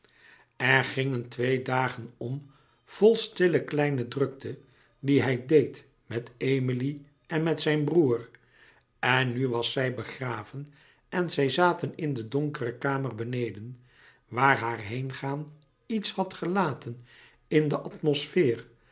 er gingen twee dagen om vol stille kleine drukten die hij deed met emilie en met zijn broêr en nu was zij begraven en zij zaten in de donkere kamer beneden waar haar heengaan iets had gelaten in de atmosfeer